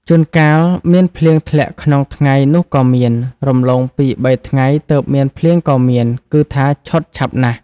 ជួនកាលមានភ្លៀងធ្លាក់ក្នុងថ្ងៃ នោះក៏មាន រំលង ២-៣ ថ្ងៃ ទើបមានភ្លៀងក៏មាន គឺថាឆុតឆាប់ណាស់ ។